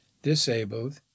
disabled